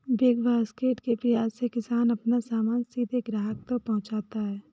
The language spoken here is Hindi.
बिग बास्केट के प्रयास से किसान अपना सामान सीधे ग्राहक तक पहुंचाता है